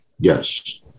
Yes